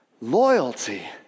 Loyalty